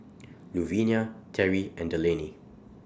Louvenia Terry and Delaney